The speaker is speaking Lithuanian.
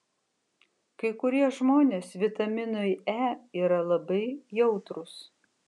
kai kurie žmonės vitaminui e yra labai jautrūs